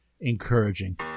encouraging